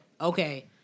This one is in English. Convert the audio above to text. Okay